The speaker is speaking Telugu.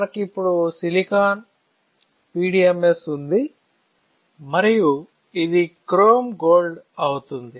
మనకు ఇప్పుడు సిలికాన్ PDMS ఉంది మరియు ఇది క్రోమ్ గోల్డ్ అవుతుంది